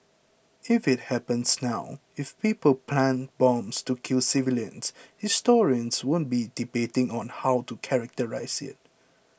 if it happens now if people plant bombs to kill civilians historians won't be debating on how to characterise it